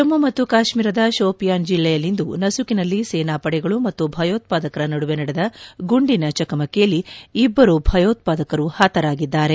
ಜಮ್ಮು ಮತ್ತು ಕಾಶ್ಮೀರದ ಶೋಪಿಯಾನ್ ಜಿಲ್ಲೆಯಲ್ಲಿಂದು ನಸುಕಿನಲ್ಲಿ ಸೇನಾಪಡೆಗಳು ಮತ್ತು ಭಯೋತ್ಸಾದಕರ ನಡುವೆ ನಡೆದ ಗುಂಡಿನ ಚಕಮಕಿಯಲ್ಲಿ ಇಬ್ಬರು ಭಯೋತ್ಸಾದಕರು ಹತರಾಗಿದ್ದಾರೆ